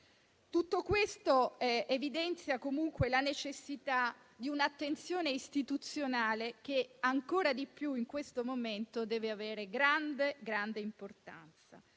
Tutto questo evidenzia comunque la necessità di un'attenzione istituzionale che, ancora di più in questo momento, deve avere grande importanza.